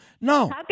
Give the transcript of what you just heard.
no